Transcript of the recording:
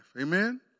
Amen